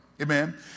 Amen